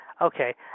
Okay